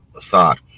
thought